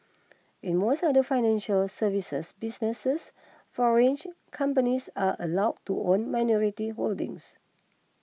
in most other financial services businesses foreign companies are allowed to own minority holdings